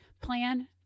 plan